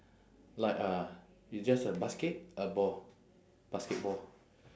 like uh it's just a basket a ball basketball